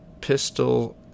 pistol